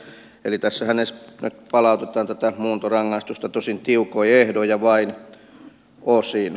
tässähän nyt palautetaan tätä muuntorangaistusta tosin tiukoin ehdoin ja vain osin